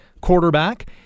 quarterback